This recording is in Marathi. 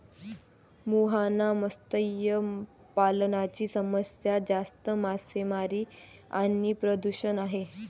मुहाना मत्स्य पालनाची समस्या जास्त मासेमारी आणि प्रदूषण आहे